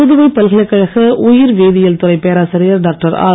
புதுவை பல்கலைக்கழக உயிர் வேதியியல் துறை பேராசிரியர் டாக்டர் ஆர்